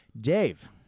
Dave